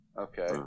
Okay